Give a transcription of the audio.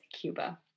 Cuba